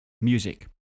music